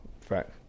Fact